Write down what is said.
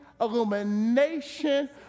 illumination